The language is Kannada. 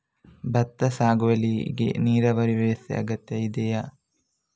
ಭತ್ತದ ಸಾಗುವಳಿಗೆ ನೀರಾವರಿ ವ್ಯವಸ್ಥೆ ಅಗತ್ಯ ಇದೆಯಾ?